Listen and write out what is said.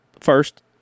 first